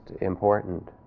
important